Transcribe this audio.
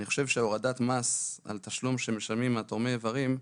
אני חושב שהורדת מס על התשלום שמשלמים לתורמי איברים,